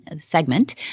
segment